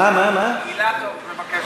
אילטוב רוצה